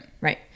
Right